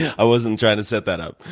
i wasn't trying to set that up.